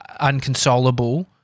unconsolable